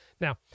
Now